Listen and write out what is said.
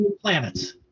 planets